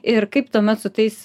ir kaip tuomet su tais